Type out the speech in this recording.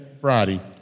Friday